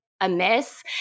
amiss